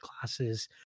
classes